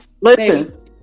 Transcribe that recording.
Listen